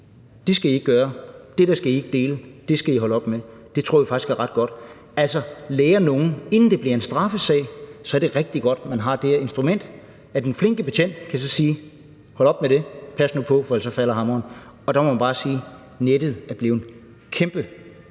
Det skal I ikke gøre. Det der skal I ikke dele. Det skal I holde op med! Det tror vi faktisk er ret godt at lære dem. Så inden det bliver en straffesag, er det rigtig godt, at man har det her instrument, hvor den flinke betjent så kan sige: Hold op med det! Pas nu på, for ellers falder hammeren. Og der må man bare sige: Nettet er blevet et kæmpe